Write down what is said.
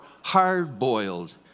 hard-boiled